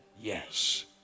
yes